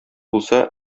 булса